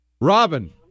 Robin